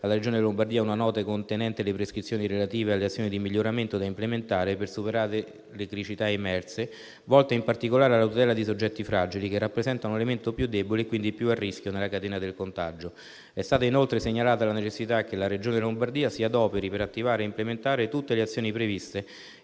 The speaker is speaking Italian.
alla Regione Lombardia una nota contenente le prescrizioni relative alle azioni di miglioramento da implementare per superare le criticità emerse, volte in particolare alla tutela dei soggetti fragili che rappresentano l'elemento più debole e quindi più a rischio nella catena del contagio. È stata inoltre segnalata la necessità che la Regione Lombardia si adoperi per attivare ed implementare tutte le azioni previste